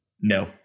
No